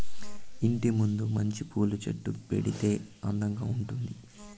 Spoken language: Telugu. ఇంటి ముందు మంచి పూల చెట్లు పెంచితే అందంగా ఉండాది